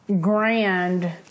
grand